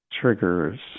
triggers